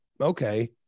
okay